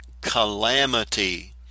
calamity